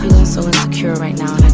so insecure right now